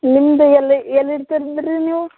ನಿಮ್ದು ಎಲ್ಲಿ ಎಲ್ಲಿ ಇರ್ತದ ರೀ ನೀವು